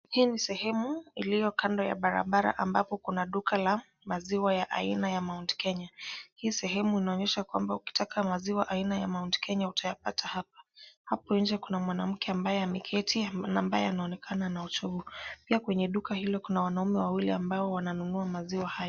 Hii ni sehemu iliyo kando ya barabara ambapo kuna duka la maziwa ya aina ya Mount Kenya. Hii sehemu inaonyesha kwamba ukitaka maziwa aina ya Mount Kenya utayapata hapa. Hapo nje kuna mwanamke ambaye ameketi na ambaye anaonekana ana uchovu. Pia kwenye duka hilo kuna wanaume wawili ambao wananunua maziwa haya.